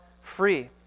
free